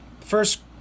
first